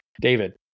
David